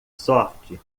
sorte